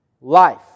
Life